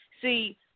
See